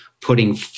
putting